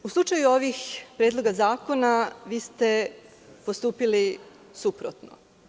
U slučaju ovih predloga zakona vi ste postupili suprotno.